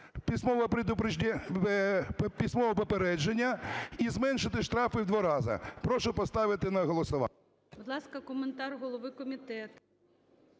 письмове попередження і зменшити штрафи у два рази. Прошу поставити на голосування.